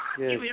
Yes